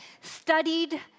studied